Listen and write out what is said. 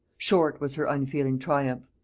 short was her unfeeling triumph.